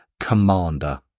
Commander